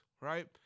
right